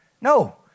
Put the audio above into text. no